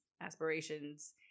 aspirations